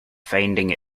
finding